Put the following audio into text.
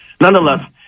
Nonetheless